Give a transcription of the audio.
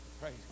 Praise